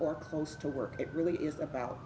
or close to work it really is about